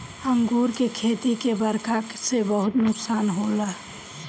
अंगूर के खेती के बरखा से बहुते नुकसान होला